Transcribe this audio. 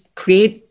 create